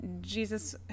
Jesus